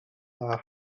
dda